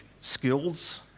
skills